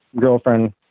girlfriend